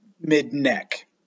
mid-neck